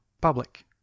public